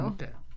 Okay